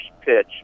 pitch